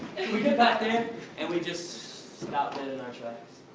we got back there and we just stopped dead in our tracks.